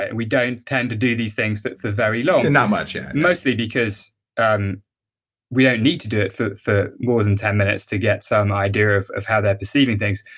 and we don't tend to do these things but for very long and not much, yeah. mostly because and we don't need to do it for more than ten minutes to get some idea of of how they're perceiving things.